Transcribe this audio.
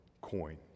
coin